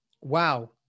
wow